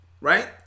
right